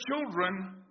children